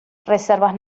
reservas